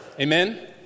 Amen